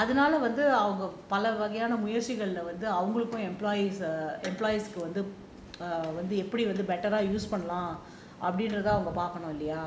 அதுனால வந்து அவங்க பலவகையான முயற்சிகள் வந்து அவங்களுக்கு வந்து எப்படி வந்து பண்ணலாம் அப்டிங்கறதா பாக்கணும் இல்லையா